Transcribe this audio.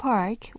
Park